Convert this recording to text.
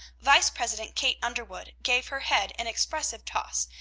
vice-president kate underwood gave her head an expressive toss,